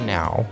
now